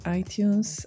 iTunes